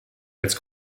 als